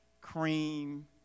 cream